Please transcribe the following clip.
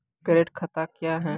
Current खाता क्या हैं?